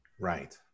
Right